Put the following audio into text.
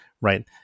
right